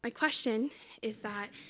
ah question is that.